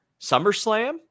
SummerSlam